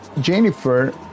Jennifer